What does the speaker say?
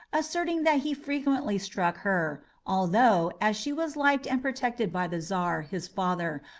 asserting that he frequently struck her, although, as she was liked and protected by the czar, his father,